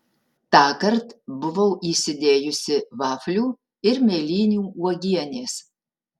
tąkart buvau įsidėjusi vaflių ir mėlynių uogienės